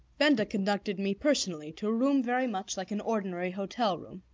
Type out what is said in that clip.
benda conducted me personally to a room very much like an ordinary hotel room.